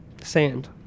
sand